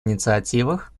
инициативах